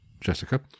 Jessica